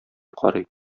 карый